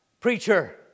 preacher